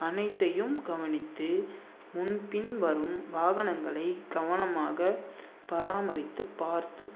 அனைத்தையும் கவனித்து முன் பின் வரும் வாகனங்களை கவனமாக பராமரித்து பார்த்து